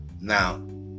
now